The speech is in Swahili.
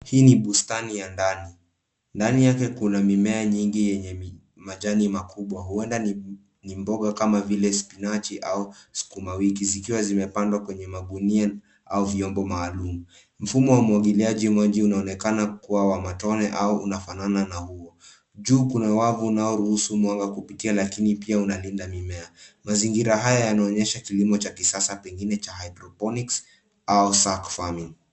Hii ni bustani ya ndani. Ndani yake kuna mimea nyingi yenye majani makubwa. Huenda ni mboga kama vile spinachi au sukuma wiki zikiwa zimepandwa kwenye magunia au vyombo maalum. Mfumo wa umwagiliaji maji unaonekana kuwa wa matone au unafanana na huo. Juu kuna wavu unaoruhusu mwanga kupitia lakini pia unalinda mimea. Mazingira haya yanaonyesha kilimo cha kisasa pengine cha hydroponics au sack farming .